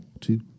two